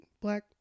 black